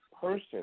person